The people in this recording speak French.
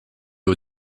aux